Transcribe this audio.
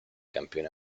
campioni